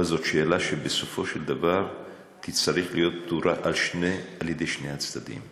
אבל זאת שאלה שבסופו של דבר תצטרך להיות פתורה על-ידי שני הצדדים,